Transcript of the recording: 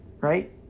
right